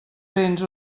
béns